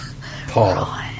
Paul